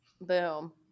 Boom